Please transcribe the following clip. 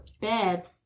bed